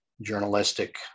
journalistic